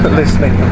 listening